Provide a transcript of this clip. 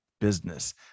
business